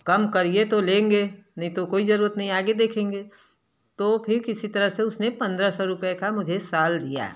कम करिए तो लेंगे नहीं तो कोई जरूरत नहीं आगे देखेंगे तो फिर किसी तरह से उसने पंद्रह रुपए का मुझे शाल दिया